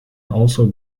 also